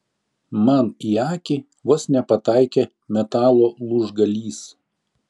man į akį vos nepataikė metalo lūžgalys